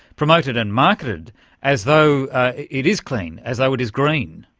promoted and marketed as though it is clean, as though it is green.